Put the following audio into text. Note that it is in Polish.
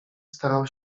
starał